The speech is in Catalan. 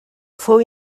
fou